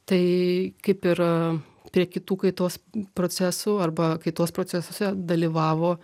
tai kaip ir prie kitų kaitos procesų arba kaitos procesuose dalyvavo